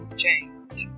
change